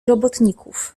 robotników